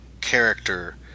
character